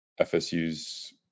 FSU's